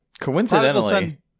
Coincidentally